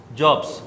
jobs